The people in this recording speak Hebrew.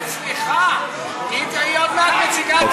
סליחה, היא עוד מעט מציגה את